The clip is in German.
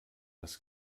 das